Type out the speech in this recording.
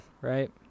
right